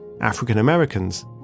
African-Americans